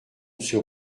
sur